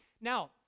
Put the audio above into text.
now